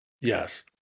Yes